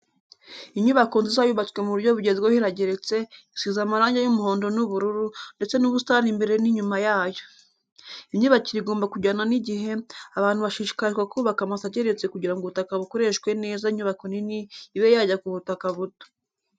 Inyubako nziza yubatswe mu buryo bugezweho irageretse isize amarangi y'umuhondo n'ubururu, ndetse n'ubusitani imbere n'inyuma yayo. Imyubakire igomba kujyana n'igihe, abantu bashishikarizwa kubaka amazu ageretse kugira ngo ubutaka bukoreshwe neza inyubako nini ibe yajya ku butaka buto.